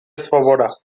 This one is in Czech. svoboda